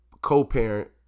co-parent